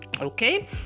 okay